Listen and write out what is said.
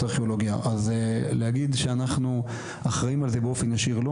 אז להגיד שאנחנו אחראים על זה באופן ישיר, לא.